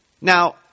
Now